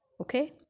okay